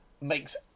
makes